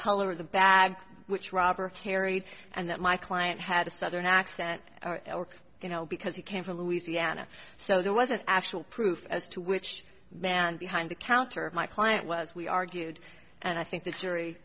color of the bag which roberts carried and that my client had a southern accent you know because he came from louisiana so there was an actual proof as to which man behind the counter of my client was we argued and i think the jury